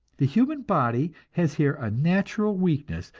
the human body has here a natural weakness,